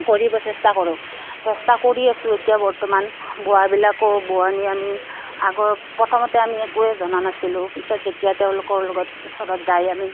কৰিব চেষ্টা কৰোঁ চেষ্টা কৰি আছোঁ এতিয়া বৰ্তমান বোৱাবিলাকো বোৱনী আমি আগৰ প্ৰথমতে আমি একোৱে জনা নাছিলোঁ পিছত যেতিয়া তেওঁলোকৰ লগত ওচৰত যাই আমি